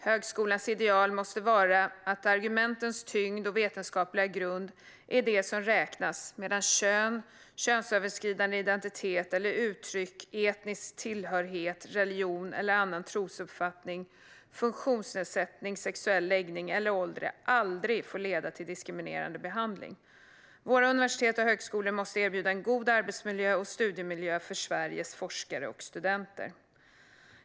Högskolans ideal måste vara att argumentens tyngd och vetenskapliga grund är det som räknas medan kön, könsöverskridande identitet eller uttryck, etnisk tillhörighet, religion eller annan trosuppfattning, funktionsnedsättning, sexuell läggning eller ålder aldrig får leda till diskriminerande behandling. Våra universitet och högskolor måste erbjuda en god arbetsmiljö och studiemiljö för Sveriges forskare och studenter.